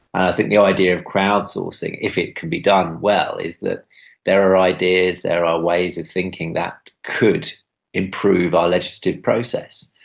i think the idea of crowdsourcing, if it could be done well, is that there are ideas, there are ways of thinking that could improve our legislative process.